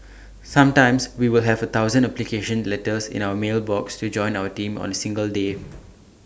sometimes we will have A thousand application letters in our mail box to join our team on A single day